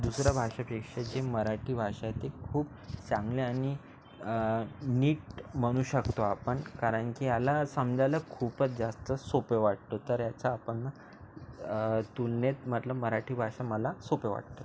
दुसऱ्या भाषेपेक्षा जे मराठी भाषा आहे ते खूप चांगले आणि नीट म्हणू शकतो आपण कारण की याला समजायला खूपच जास्त सोपे वाटतो तर याचा आपण तुलनेत म्हटलं मराठी भाषा मला सोपं वाटते